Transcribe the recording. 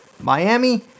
Miami